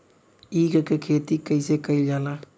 ईख क खेती कइसे कइल जाला?